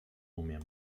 umiem